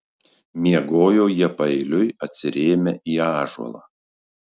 miegojo jie paeiliui atsirėmę į ąžuolą